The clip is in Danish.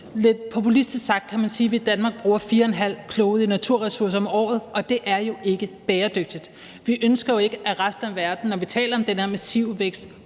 Lidt populistisk sagt, kan man sige, at Danmark bruger fire en halv klode i naturressourcer om året, og det er jo ikke bæredygtigt. Vi ønsker jo ikke, at resten af verden, når vi taler om den her massive vækst,